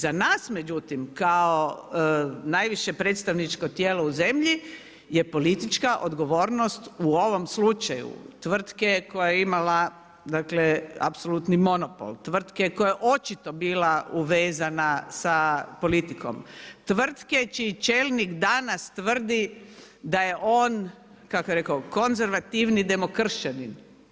Za nas međutim, kao najviše predstavničko tijelo u zemlji je politička odgovornost u ovom slučaju, tvrtke koja je imala dakle, apsolutni monopol, tvrtke koja je očito bila uvezana sa politikom, tvrtke čiji čelnik danas tvrdi da je on kako je rekao, konzervativni demokršćanin.